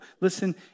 listen